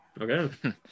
okay